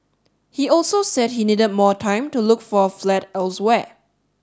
he also said he needed more time to look for a flat elsewhere